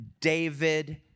David